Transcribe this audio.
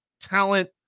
talent